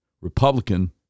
Republican